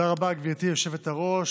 תודה רבה, גברתי היושבת-ראש.